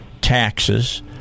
taxes